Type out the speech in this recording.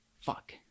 Fuck